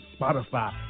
Spotify